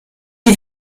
die